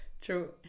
true